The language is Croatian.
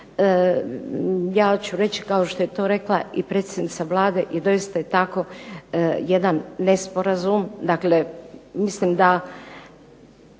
ja ću reći kao što je to rekla i predsjednica Vlade i doista je jedan nesporazum,